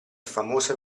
famosa